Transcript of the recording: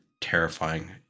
terrifying